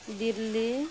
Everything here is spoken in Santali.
ᱫᱤᱞᱞᱤ